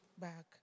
back